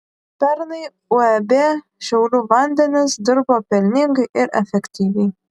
pernai uab šiaulių vandenys dirbo pelningai ir efektyviai